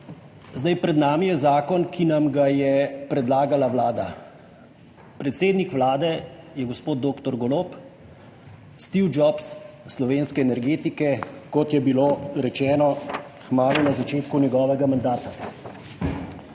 Pred nami je zakon, ki nam ga je predlagala Vlada. Predsednik Vlade je gospod dr. Golob, Steve Jobs slovenske energetike, kot je bilo rečeno kmalu na začetku njegovega mandata.